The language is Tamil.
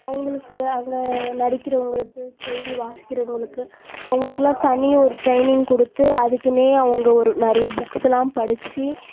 அவங்களுக்கு அவங்க நடிக்கிறவங்களுக்கு செய்தி வாசிக்கிறவங்களுக்கு அவங்களுக்கெல்லாம் தனி ஒரு ட்ரைனிங் கொடுத்து அதுக்குன்னே அவங்க ஒரு நிறைய புக்ஸுல்லாம் படித்து